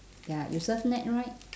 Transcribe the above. ya you surf net right